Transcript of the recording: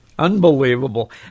Unbelievable